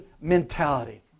mentality